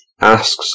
asks